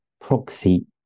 proxy